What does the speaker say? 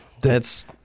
That's-